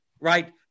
right